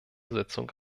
sitzung